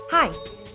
Hi